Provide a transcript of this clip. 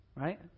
right